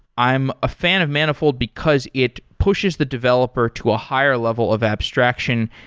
i'm a fan of manifold because it pushes the developer to a higher level of abstraction,